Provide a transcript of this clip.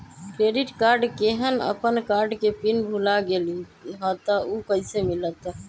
Credit card केहन अपन card के पिन भुला गेलि ह त उ कईसे मिलत?